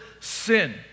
sin